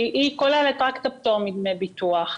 והיא כוללת רק את הפטור מדמי ביטוח.